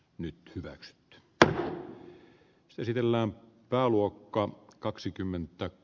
nyt hyväksyt esitellään pääluokkaa kaksikymmentä